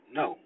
no